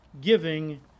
giving